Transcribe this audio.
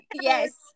yes